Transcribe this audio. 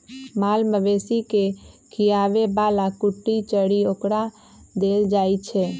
माल मवेशी के खीयाबे बला कुट्टी चरी ओकरा देल जाइ छै